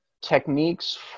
techniques